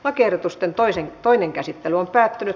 lakiehdotusten toinen käsittely päättyi